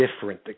different